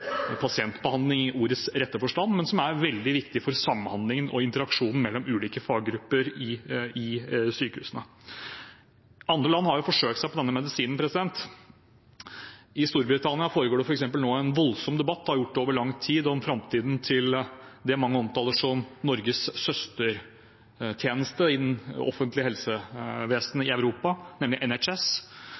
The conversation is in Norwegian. pasientbehandling i ordets rette forstand, men som er veldig viktig for samhandlingen og interaksjonen mellom ulike faggrupper i sykehusene. Andre land har forsøkt seg på denne medisinen. I Storbritannia foregår det f.eks. nå en voldsom debatt – det har gjort det over lang tid – om framtiden til det mange omtaler som Norges søstertjeneste innen offentlig helsevesen i Europa, nemlig